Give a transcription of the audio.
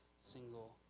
single